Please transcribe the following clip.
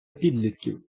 підлітків